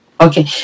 Okay